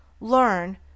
Learn